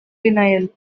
denial